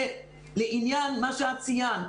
כמו שציינת,